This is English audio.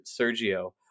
Sergio